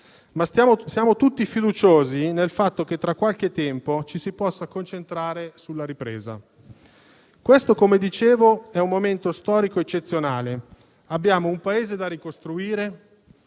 ma siamo tutti fiduciosi nel fatto che tra qualche tempo ci si possa concentrare sulla ripresa. Questo, come dicevo, è un momento storico eccezionale; abbiamo un Paese da ricostruire,